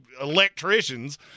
electricians